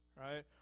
right